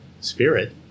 Spirit